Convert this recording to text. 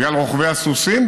בגלל רוכבי הסוסים,